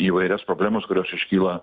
įvairias problemas kurios iškyla